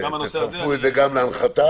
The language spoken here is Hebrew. תצרפו גם את זה,